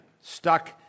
stuck